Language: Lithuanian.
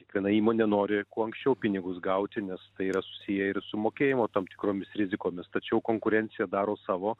kiekviena įmonė nori kuo anksčiau pinigus gauti nes tai yra susiję ir su mokėjimo tam tikromis rizikomis tačiau konkurencija daro savo